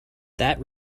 that